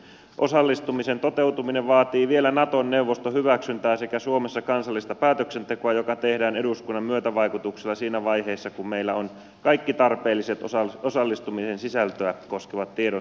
osallistumisen toteutuminen vaatii vielä naton neuvoston hyväksyntää sekä suomessa kansallista päätöksentekoa joka tehdään eduskunnan myötävaikutuksella siinä vaiheessa kun meillä on kaikki tarpeelliset osallistumisen sisältöä koskevat tiedot